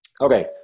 Okay